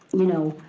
you know,